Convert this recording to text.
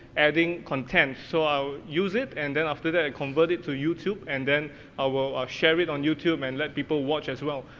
adding content, so i use it, and then after that, i convert it to youtube and then i will share it on youtube and let people watch, as well.